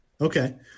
Okay